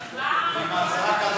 תיכנסו כבר